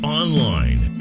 online